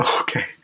Okay